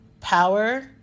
Power